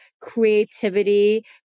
creativity